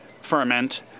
ferment